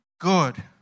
good